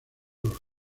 los